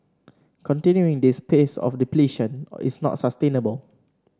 continuing this pace of depletion is not sustainable